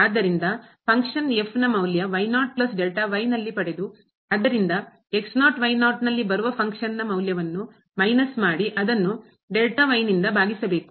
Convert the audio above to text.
ಆದ್ದರಿಂದ ಫಂಕ್ಷನ್ ಕಾರ್ಯ ನ ಮೌಲ್ಯ ನಲ್ಲಿ ಪಡೆದು ಅದರಿಂದ ನಲ್ಲಿ ಬರುವ ಫಂಕ್ಷನ್ನ ಕಾರ್ಯದ ಮೌಲ್ಯವನ್ನು ಮೈನಸ್ ಮಾಡಿ ಅದನ್ನು ಭಾಗಿಸಬೇಕು